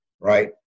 right